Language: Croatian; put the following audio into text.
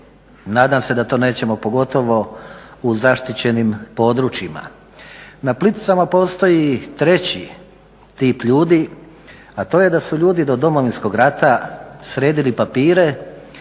Nadam se da to nećemo pogotovo u zaštićenim područjima. Na Plitvicama postoji treći tip ljudi, a to je da su ljudi do Domovinskog rata sredili papire